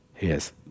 Yes